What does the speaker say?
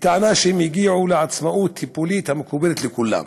בטענה שהם הגיעו לעצמאות הטיפולית המקובלת אצל כולם,